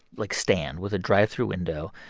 like, stand with a drive-through window.